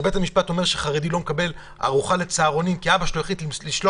כשבית המשפט אומר שחרדי לא מקבל ארוחה לצהרונים כי אבא שלו החליט לשלוח